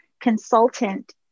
consultant